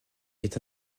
est